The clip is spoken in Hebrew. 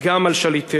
גם על שליטיה.